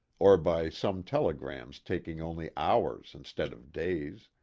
or by some telegrams taking only hours instead of days.